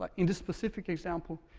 like in this specific example,